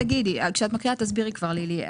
כשאת מקריאה, תסבירי כבר, לילי.